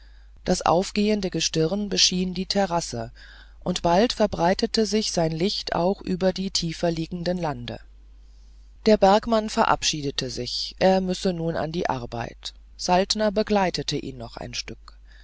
das aufgehende gestirn beschien die terrasse und bald verbreitete sich sein licht auch über die tieferliegenden lande der bergmann verabschiedete sich er müsse nun an die arbeit saltner begleitete ihn noch ein stück